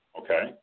okay